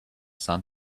sun